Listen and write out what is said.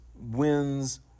wins